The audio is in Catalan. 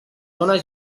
dóna